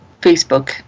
Facebook